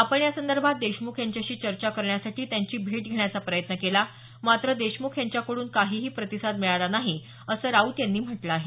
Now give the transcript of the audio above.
आपण यासंदर्भात देशमुख यांच्याशी चर्चा करण्यासाठी त्यांची भेट घेण्याचा प्रयत्न केला मात्र देशमुख यांच्याकडून काहीही प्रतिसाद मिळाला नाही असं राऊत यांनी म्हटलं आहे